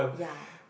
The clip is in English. ya